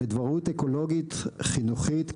דבוראות אקולוגית חינוכית,